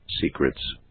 secrets